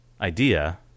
idea